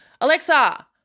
Alexa